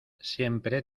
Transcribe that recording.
siempre